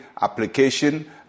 application